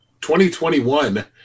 2021